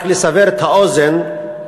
רק לסבר את האוזן,